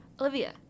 Olivia